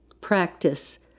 practice